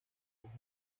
hojas